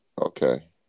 Okay